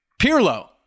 Pirlo